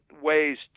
ways